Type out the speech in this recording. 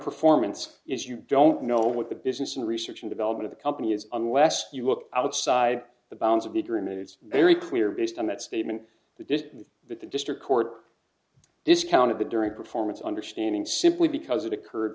performance is you don't know what the business in research and development the company is unless you look outside the bounds of the grim news very clear based on that statement that this that the district court discounted the during performance understanding simply because it